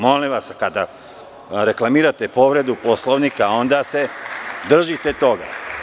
Molim vas, kada reklamirate povredu Poslovnika onda se držite toga.